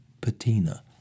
patina